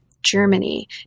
Germany